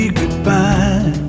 goodbye